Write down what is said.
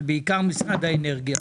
אבל בעיקר עם משרד האנרגיה.